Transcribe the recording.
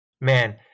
man